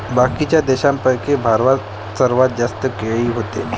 बाकीच्या देशाइंपेक्षा भारतात सर्वात जास्त केळी व्हते